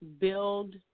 build